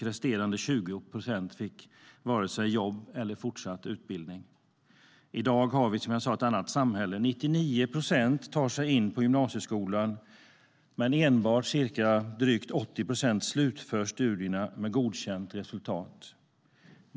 Resterande 20 procent fick varken jobb eller fortsatt utbildning. I dag har vi, som jag sa, ett annat samhälle. 99 procent tar sig in på gymnasieskolan, men enbart drygt 80 procent slutför studierna med godkänt resultat.